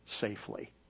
safely